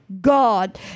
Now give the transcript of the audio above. God